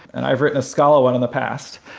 and i've written a scala one in the past.